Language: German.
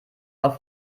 auf